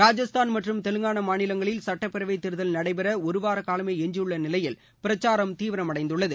ராஜஸ்தான் மற்றும் தெலங்கானா மாநிலங்களில் சட்டப்பேரவைத் தேர்தல் நடைபெற ஒருவார காலமே எஞ்சியுள்ள நிலையில் பிரச்சாரம் தீவிரமடைந்துள்ளது